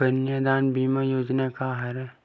कन्यादान बीमा योजना का हरय?